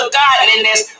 godliness